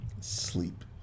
sleep